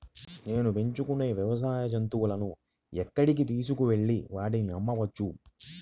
నేను పెంచుకొనే వ్యవసాయ జంతువులను ఎక్కడికి తీసుకొనివెళ్ళి వాటిని అమ్మవచ్చు?